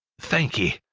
thank'ee!